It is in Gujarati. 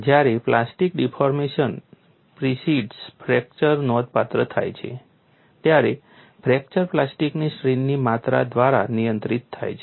જ્યારે પ્લાસ્ટિક ડિફોર્મેશન પ્રિસીડ્સ ફ્રેક્ચર નોંધપાત્ર થાય છે ત્યારે ફ્રેક્ચર પ્લાસ્ટિકની સ્ટ્રેઇનની માત્રા દ્વારા નિયંત્રિત થાય છે